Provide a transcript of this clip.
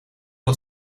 het